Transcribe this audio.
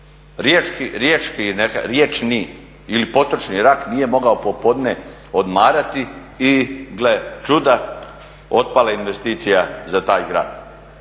riječni ili potočni rak nije mogao popodne odmarati i gle čuda otpala investicija za taj grad.